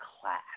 class